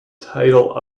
title